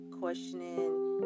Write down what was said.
questioning